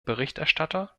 berichterstatter